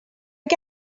que